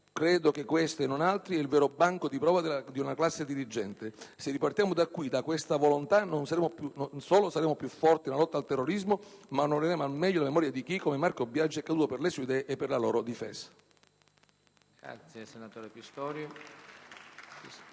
Credo che questo, e non altri, è il vero banco di prova della nuova classe dirigente. Se ripartiamo da qui, da questa volontà, non solo saremo più forti nella lotta al terrorismo ma onoreremo al meglio la memoria di chi, come Marco Biagi, è caduto per le sue idee e per la loro difesa.